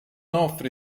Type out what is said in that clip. offre